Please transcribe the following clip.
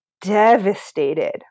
devastated